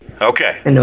okay